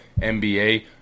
NBA